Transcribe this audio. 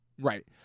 right